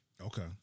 Okay